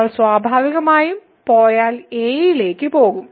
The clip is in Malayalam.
നമ്മൾ x സ്വാഭാവികമായും പോയാൽ a യിലേക്കും പോകും